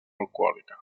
alcohòlica